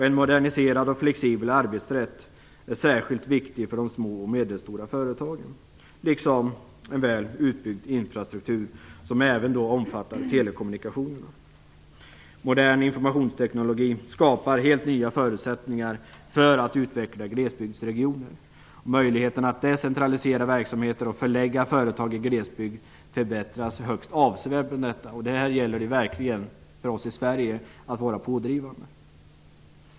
En moderniserad och flexibel arbetsrätt är särskilt viktig för de små och medelstora företagen, liksom en väl utbyggd infrastruktur som även omfattar telekommunikationerna. Modern informationsteknologi skapar helt nya förutsättningar för att utveckla glesbygdsregioner. Möjligheten att decentralisera verksamheter och förlägga företag i glesbygd förbättras högst avsevärt. Här gäller det verkligen för oss i Sverige att vara pådrivande.